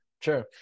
sure